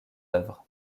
œuvres